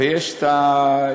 ויש את היושב-ראש.